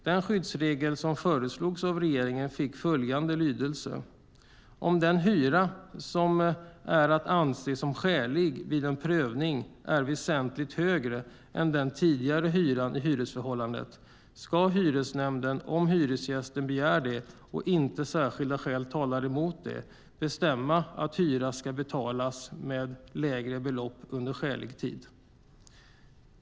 Den skyddsregel som föreslogs av regeringen fick följande lydelse: "Om den hyra som är att anse som skälig är väsentligt högre än den tidigare hyran i hyresförhållandet, ska hyresnämnden, om hyresgästen begär det och inte särskilda skäl talar emot det, bestämma att hyran ska betalas med lägre belopp under en skälig tid."